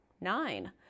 nine